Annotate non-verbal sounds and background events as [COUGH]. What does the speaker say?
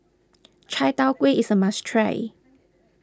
[NOISE] Chai Tow Kway is a must try